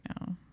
now